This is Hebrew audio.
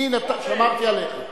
אני שמרתי עליך,